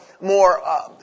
more